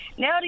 Now